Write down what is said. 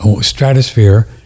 stratosphere